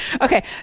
okay